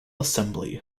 assembly